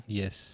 yes